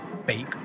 Fake